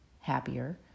happier